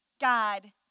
God